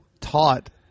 taught